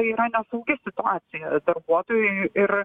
tai yra nesaugi situacija darbuotojui ir